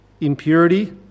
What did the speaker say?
impurity